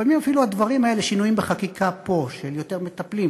לפעמים אפילו הדברים האלה: שינויים בחקיקה פה שיהיו יותר מטפלים,